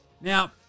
Now